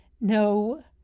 No